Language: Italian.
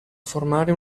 formare